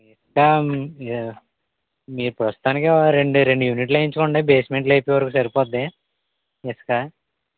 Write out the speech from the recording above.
ఇసుక మీరు ప్రస్తుతానికి ఒక రెండు రెండు యూనిట్లు వేయించుకోండి బేస్మెంట్లు అయిపోయే వరకు సరిపోతుంది ఇసుక